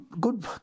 Good